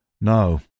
No